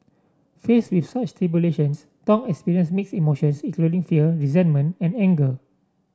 faced with such tribulations Thong experienced mixed emotions including fear resentment and anger